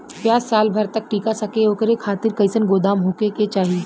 प्याज साल भर तक टीका सके ओकरे खातीर कइसन गोदाम होके के चाही?